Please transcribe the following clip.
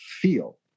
feel